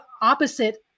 opposite